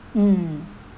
mm